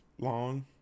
long